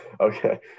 Okay